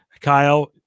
Kyle